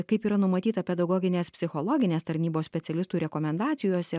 kaip yra numatyta pedagoginės psichologinės tarnybos specialistų rekomendacijose